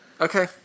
Okay